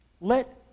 Let